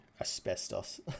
asbestos